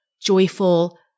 joyful